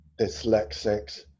dyslexics